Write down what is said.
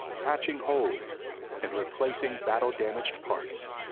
patching holes and replacing battle-damaged parts.